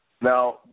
Now